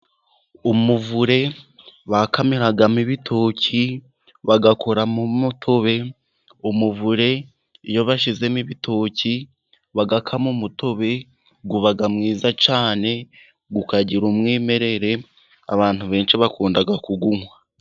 Umuvure bakamiragamo ibibitoki bagakoramo umotobe, umuvure iyo bashyizemo ibitoki bagakama umutobe, uba mwiza cyane ukagira umwimerere, abantu benshi bakunda kuwunywa.